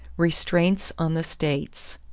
restraints on the states.